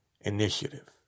Initiative